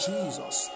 Jesus